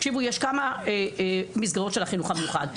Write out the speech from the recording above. תקשיבו, יש כמה מסגרות של החינוך המיוחד.